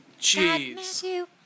jeez